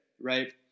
right